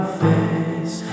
face